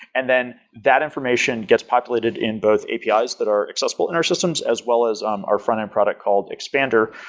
and then that information gets populated in both apis ah that are accessible in our systems, as well as um our frontend product called expander,